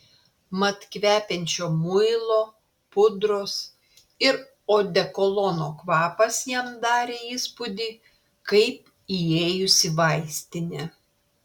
mat kvepiančio muilo pudros ir odekolono kvapas jam darė įspūdį kaip įėjus į vaistinę